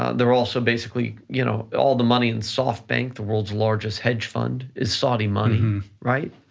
they're also basically, you know all the money in softbank, the world's largest hedge fund, is saudi money, right?